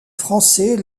français